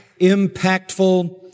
impactful